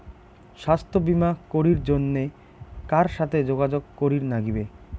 স্বাস্থ্য বিমা করির জন্যে কার সাথে যোগাযোগ করির নাগিবে?